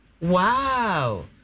Wow